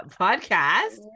podcast